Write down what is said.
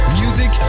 music